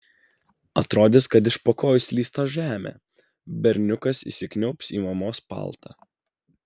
atrodys kad iš po kojų slysta žemė berniukas įsikniaubs į mamos paltą